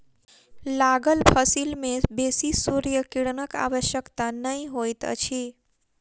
लागल फसिल में बेसी सूर्य किरणक आवश्यकता नै होइत अछि